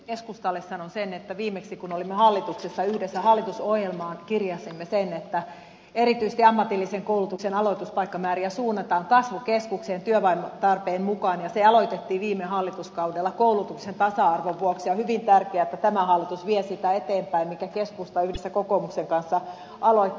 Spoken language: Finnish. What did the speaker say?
keskustalle sanon sen että viimeksi kun olimme hallituksessa yhdessä hallitusohjelmaan kirjasimme sen että erityisesti ammatillisen koulutuksen aloituspaikkamääriä suunnataan kasvukeskuksen työtarpeen mukaan ja se aloitettiin viime hallituskaudella koulutuksen tasa arvon vuoksi ja on hyvin tärkeää että tämä hallitus vie sitä eteenpäin minkä keskusta yhdessä kokoomuksen kanssa aloitti